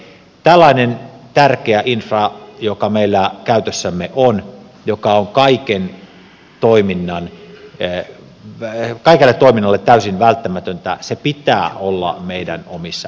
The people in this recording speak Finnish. tällainen tärkeä infra joka meillä käytössämme on joka on kaikelle toiminnalle täysin välttämätöntä pitää olla meidän omissa käsissämme